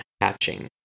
Hatching